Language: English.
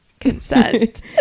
consent